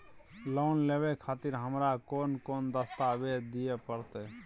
Loan लेवे खातिर हमरा कोन कौन दस्तावेज दिय परतै?